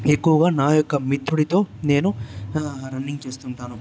కానీ ఎక్కువగా నా యొక్క మిత్రుడితో నేను రన్నింగ్ చేస్తుంటాను